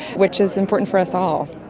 which is important for us all.